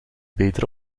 betere